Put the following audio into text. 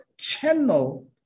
channel